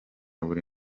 buri